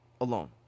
alone